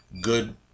good